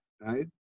right